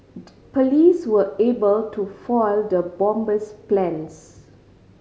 police were able to foil the bomber's plans